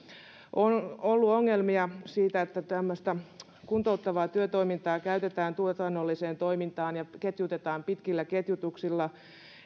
on ollut ongelmia siitä että tämmöistä kuntouttavaa työtoimintaa käytetään tuotannolliseen toimintaan ja ketjutetaan pitkillä ketjutuksilla